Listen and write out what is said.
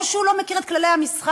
או שהוא לא מכיר את כללי המשחק,